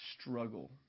struggle